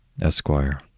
Esquire